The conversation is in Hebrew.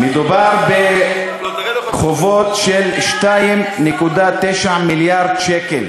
מדובר בחובות של 2.9 מיליארד שקלים.